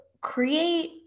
create